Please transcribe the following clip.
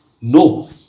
No